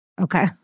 Okay